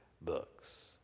books